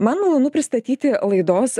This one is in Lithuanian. man malonu pristatyti laidos